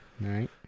right